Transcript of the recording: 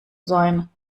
sein